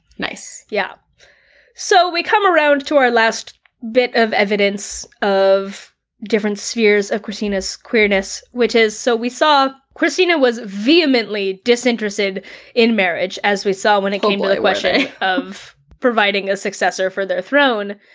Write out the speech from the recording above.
nice. yeah so we come around to our last bit of evidence of different spheres of kristina's queerness, which is, so we saw kristina was vehemently disinterested in marriage as we saw when it came to the question of providing a successor for their throne,